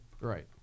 Right